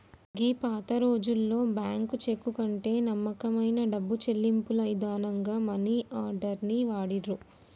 గీ పాతరోజుల్లో bank cheque కంటే నమ్మకమైన డబ్బు చెల్లింపుల ఇదానంగా మనీ ఆర్డర్ ని వాడిర్రు